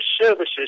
services